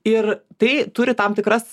ir tai turi tam tikras